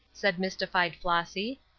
said mystified flossy.